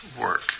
work